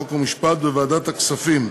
חוק ומשפט וועדת הכספים,